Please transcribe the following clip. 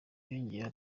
yongeyeho